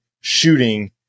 shooting